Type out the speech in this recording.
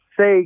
say